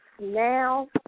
now